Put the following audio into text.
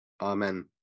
Amen